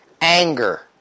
anger